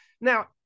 Now